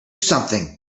something